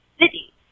city